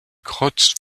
grotte